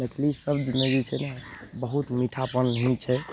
मैथिली शब्दमे जे छै ने बहुत मीठापन धुन छै